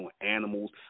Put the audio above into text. animals